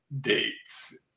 dates